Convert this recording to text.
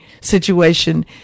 situation